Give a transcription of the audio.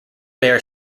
bear